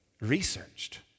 researched